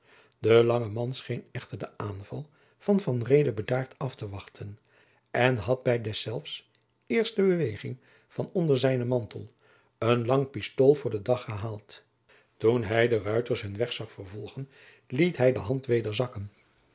de lange man scheen echter den aanval van van reede bedaard aftewachten en had bij deszelfs eerste beweging van onder zijnen mantel een lang pistool voor den dag gehaald toen hij de ruiters hun weg zag vervolgen liet hij de hand weder zakken